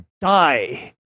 die